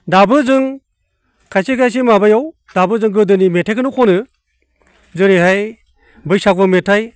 दाबो जों खायसे खायसे माबायाव दाबो जों गोदोनि मेथाइखौनो खनो जेरैहाय बैसागु मेथाइ